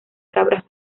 cabras